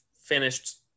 finished